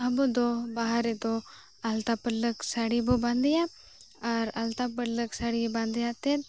ᱟᱵᱚᱫᱚ ᱵᱟᱦᱟᱨᱮᱫᱚ ᱟᱞᱛᱟ ᱯᱟᱹᱲᱞᱟᱹᱠ ᱥᱟᱹᱲᱚᱵᱚ ᱵᱟᱸᱫᱮᱭᱟ ᱟᱨ ᱟᱞᱛᱟ ᱯᱟᱹᱲᱞᱟᱹᱠ ᱥᱟᱹᱲᱤ ᱵᱟᱸᱫᱮ ᱟᱛᱮᱫ